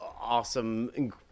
awesome